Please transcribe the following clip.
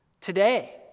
Today